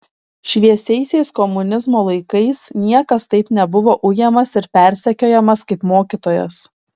šviesiaisiais komunizmo laikais niekas taip nebuvo ujamas ir persekiojamas kaip mokytojas